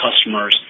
customers